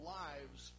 lives